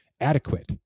adequate